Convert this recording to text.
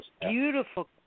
beautiful